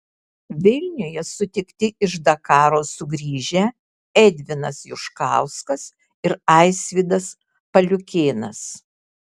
vilniuje sutikti iš dakaro sugrįžę edvinas juškauskas ir aisvydas paliukėnas